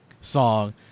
song